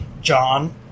John